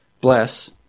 bless